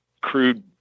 crude